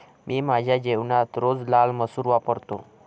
मी माझ्या जेवणात रोज लाल मसूर वापरतो